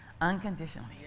unconditionally